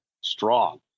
strong